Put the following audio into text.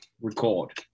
record